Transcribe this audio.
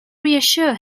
reassure